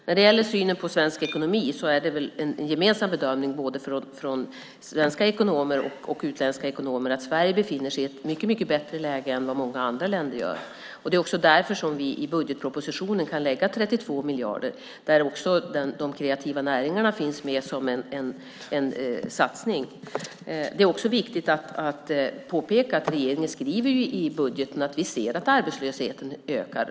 När det gäller synen på svensk ekonomi är det väl en gemensam bedömning, från både svenska ekonomer och utländska ekonomer, att Sverige befinner sig i ett mycket bättre läge än vad många andra länder gör. Det är därför som vi i budgetpropositionen kan lägga in 32 miljarder, där också de kreativa näringarna finns med, som en satsning. Det är också viktigt att påpeka att regeringen skriver i budgeten att vi ser att arbetslösheten ökar.